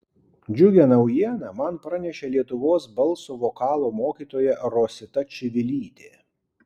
džiugią naujieną man pranešė lietuvos balso vokalo mokytoja rosita čivilytė